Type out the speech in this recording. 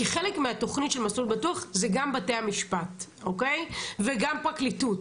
כי חלק מהתכנית של מסלול בטוח זה גם בתי המשפט וגם פרקליטות.